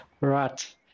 right